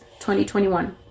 2021